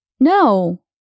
No